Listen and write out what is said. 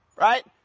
Right